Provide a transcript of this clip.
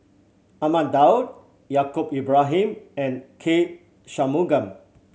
Ahmad Daud Yaacob Ibrahim and K Shanmugam